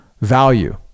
value